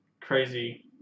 crazy